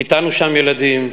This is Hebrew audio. חיתנו שם ילדים.